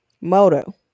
Moto